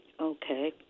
Okay